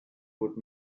would